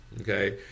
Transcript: Okay